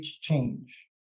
change